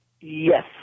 Yes